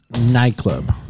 Nightclub